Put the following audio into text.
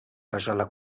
rajola